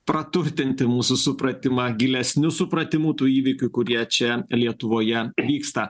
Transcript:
praturtinti mūsų supratimą gilesniu supratimu tų įvykių kurie čia lietuvoje vyksta